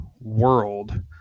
world